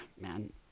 man